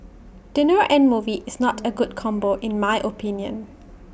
dinner and movie is not A good combo in my opinion